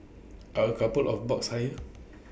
are A couple of bucks higher